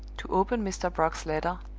to open mr. brock's letter,